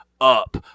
up